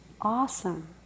awesome